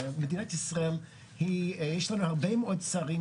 מדינת ישראל יש לה הרבה מאוד שרים